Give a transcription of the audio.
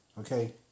okay